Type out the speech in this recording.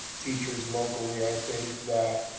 teachers locally, i think that